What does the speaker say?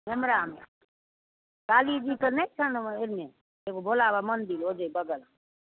हमरामे काली जीके नहि छनि एन्ने एगो भोला बाबा मंदिल ओहिजे बगलमे